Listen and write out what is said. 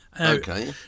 Okay